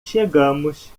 chegamos